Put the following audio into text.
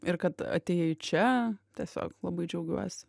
ir kad atėjai čia tiesiog labai džiaugiuosi